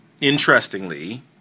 Interestingly